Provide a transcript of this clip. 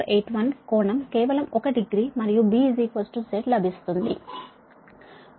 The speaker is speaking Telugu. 9481 కోణం కేవలం 1 డిగ్రీ మరియు B Z లభిస్తుంది 109